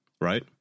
right